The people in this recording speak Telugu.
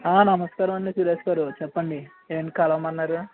నమస్కారమండి సురేష్ గారు చెప్పండి ఏమీటి కలవమన్నారు